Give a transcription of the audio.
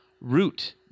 root